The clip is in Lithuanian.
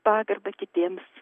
pagarbą kitiems